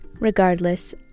Regardless